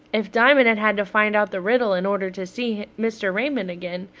if diamond had had to find out the riddle in order to see mr. raymond again,